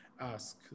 ask